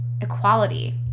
equality